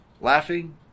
laughing